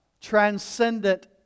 Transcendent